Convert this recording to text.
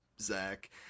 Zach